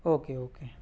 okay okay